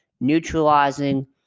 neutralizing